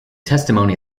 testimony